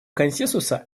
консенсуса